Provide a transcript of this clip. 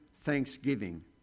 thanksgiving